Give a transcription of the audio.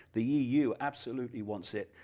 the eu absolutely wants it,